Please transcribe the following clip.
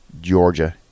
Georgia